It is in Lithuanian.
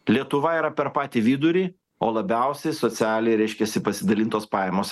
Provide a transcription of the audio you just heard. lietuva yra per patį vidurį o labiausiai socialiai reiškiasi pasidalintos pajamos